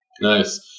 Nice